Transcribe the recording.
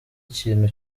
ikintu